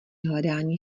hledání